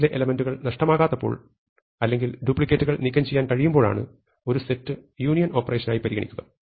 ലിസ്റ്റിലെ എലെമെന്റുകൾ നഷ്ടമാകാത്തപ്പോൾ അല്ലെങ്കിൽ ഡ്യൂപ്ലിക്കേറ്റുകൾ നീക്കംചെയ്യാൻ കഴിയുമ്പോഴാണ് ഒരു സെറ്റ് യൂണിയൻ ഓപ്പറേഷനായി പരിഗണിക്കുക